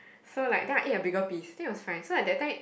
so like then I eat a bigger piece think of like so like that time